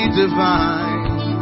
divine